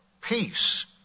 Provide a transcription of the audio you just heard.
peace